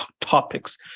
topics